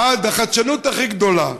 עד החדשנות הכי גדולה,